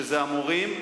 שזה המורים והמנהלים,